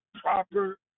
proper